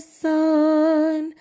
sun